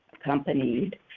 accompanied